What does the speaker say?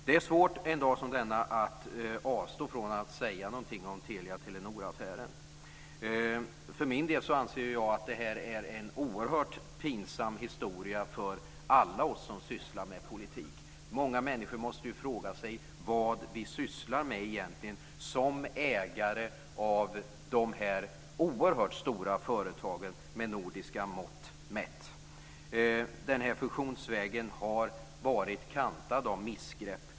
Det är svårt att en dag som denna avstå från att säga något om Telia-Telenor-affären. För min del anser jag att det är en oerhört pinsam historia för alla oss som sysslar med politik. Många människor måste ju fråga sig vad vi sysslar med egentligen, som ägare av de här, med nordiska mått mätt, oerhört stora företagen. Den här fusionsvägen har varit kantad av missgrepp.